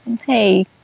hey